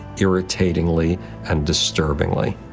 irritatingly and disturbingly.